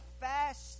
fast